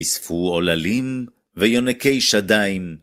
יספו עוללים ויונקי שדיים.